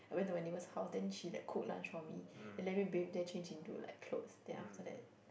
I went to my neighbour's house then she like cook lunch for me then let me bathe there change into like clothes then after that